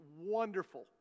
wonderful